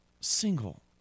single